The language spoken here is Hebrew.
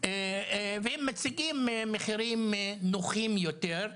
והם מציגים מחירים נוחים יותר,